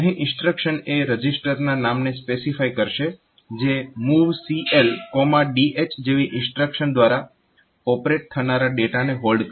અહીં ઇન્સ્ટ્રક્શન એ રજીસ્ટરના નામને સ્પેસિફાય કરશે જે MOV CL DH જેવી ઇન્સ્ટ્રક્શન્સ દ્વારા ઓપરેટ થનારા ડેટાને હોલ્ડ કરે છે